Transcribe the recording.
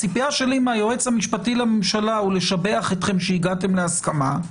הציפייה שלי מהיועץ המשפטי לממשלה הוא לשבח אתכם שהגעתם להסכמה,